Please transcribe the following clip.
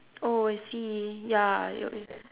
oh I see ya your i~